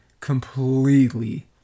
completely